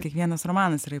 kiekvienas romanas yra